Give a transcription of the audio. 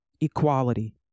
equality